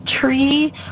tree